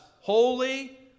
holy